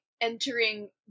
entering